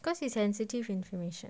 cause it's sensitive information